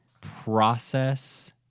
process